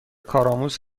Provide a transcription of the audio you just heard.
کارآموز